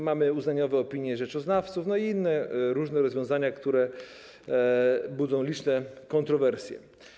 Mamy uznaniowe opinie rzeczoznawców i inne różne rozwiązania, które budzą liczne kontrowersje.